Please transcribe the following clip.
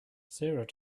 sarah